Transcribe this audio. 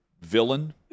villain